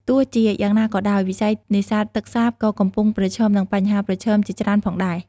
ទោះជាយ៉ាងណាក៏ដោយ វិស័យនេសាទទឹកសាបក៏កំពុងប្រឈមមុខនឹងបញ្ហាប្រឈមជាច្រើនផងដែរ។